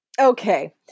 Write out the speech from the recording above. Okay